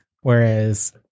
Whereas